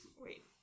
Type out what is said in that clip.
Wait